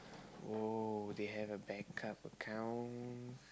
!woah! they have a backup account